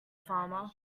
farmer